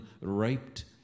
raped